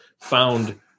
found